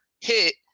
hit